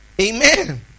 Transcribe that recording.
Amen